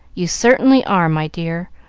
you certainly are, my dear.